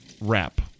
wrap